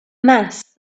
mass